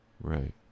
right